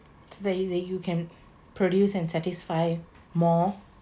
today that you can produce and satisfy more